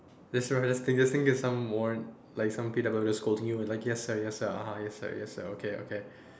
just remember just think just think of some warrant like some scolding you just yes sir yes sir (uh huh) yes sir yes sir okay okay